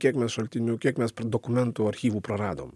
kiek mes šaltinių kiek mes dokumentų archyvų praradom